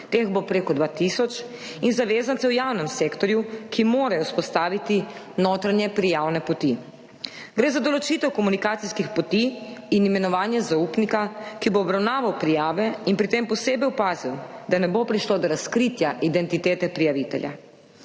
teh bo prek 2 tisoč, in zavezance v javnem sektorju, ki morajo vzpostaviti notranje prijavne poti. Gre za določitev komunikacijskih poti in imenovanje zaupnika, ki bo obravnaval prijave in pri tem posebej pazil, da ne bo prišlo do razkritja identitete prijavitelj.